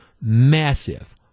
massive